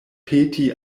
peti